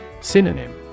Synonym